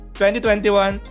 2021